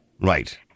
Right